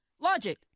Logic